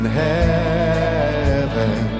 heaven